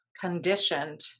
conditioned